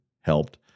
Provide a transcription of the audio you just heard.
helped